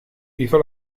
hizo